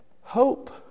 Hope